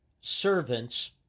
Servants